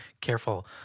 careful